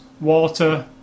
water